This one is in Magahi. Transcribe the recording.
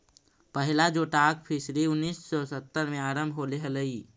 पहिला जोटाक फिशरी उन्नीस सौ सत्तर में आरंभ होले हलइ